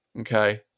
okay